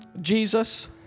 Jesus